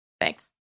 Thanks